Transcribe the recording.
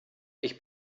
ich